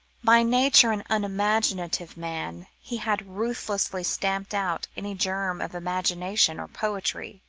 by nature an unimaginative man, he had ruthlessly stamped out any germ of imagination or poetry,